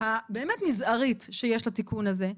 הבאמת מזערית שיש לתיקון הזה,